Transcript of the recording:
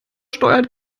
steuert